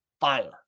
fire